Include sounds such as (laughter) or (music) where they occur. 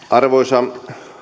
(unintelligible) arvoisa